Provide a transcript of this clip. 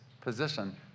position